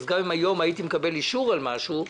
גם אם הייתי מקבל היום אישור על משהו,